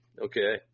okay